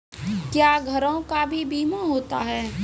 क्या घरों का भी बीमा होता हैं?